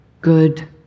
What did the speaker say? Good